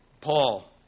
Paul